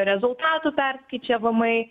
rezultatų perskaičiavimai